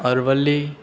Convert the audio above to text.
Aravalli